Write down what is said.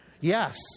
Yes